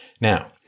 Now